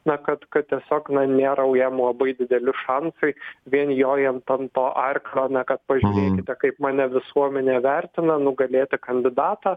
na kad kad tiesiog na nėra jau jam labai dideli šansai vien jojant ant to arklio na kad pažiūrėkite kaip mane visuomenė vertina nugalėti kandidatą